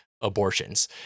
abortions